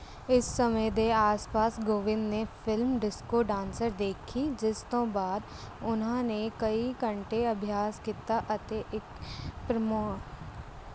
ਇਸ ਸਮੇਂ ਦੇ ਆਸ ਪਾਸ ਗੋਵਿੰਦ ਨੇ ਫਿਲਮ ਡਿਸਕੋ ਡਾਂਸਰ ਦੇਖੀ ਜਿਸ ਤੋਂ ਬਾਅਦ ਉਨ੍ਹਾਂ ਨੇ ਕਈ ਘੰਟੇ ਅਭਿਆਸ ਕੀਤਾ ਅਤੇ ਇੱਕ ਪ੍ਰਮੋ